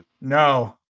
no